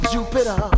Jupiter